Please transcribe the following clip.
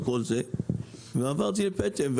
ועברתי לפטם,